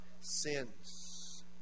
sins